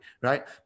right